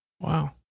Wow